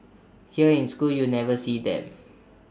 here in school you never see them